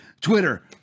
Twitter